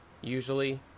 Usually